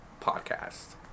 podcast